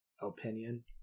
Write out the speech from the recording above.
opinion